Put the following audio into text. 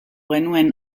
genuen